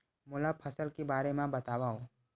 मोला फसल के बारे म बतावव?